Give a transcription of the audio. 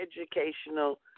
educational